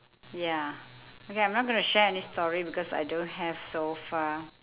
ya okay I'm not gonna share any story because I don't have so far